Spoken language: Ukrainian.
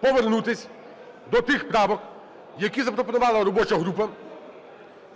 повернутись до тих правок, які запропонувала робоча група,